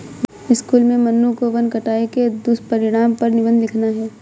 school में मन्नू को वन कटाई के दुष्परिणाम पर निबंध लिखना है